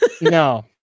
No